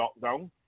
lockdown